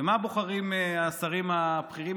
ומה בוחרים השרים הבכירים?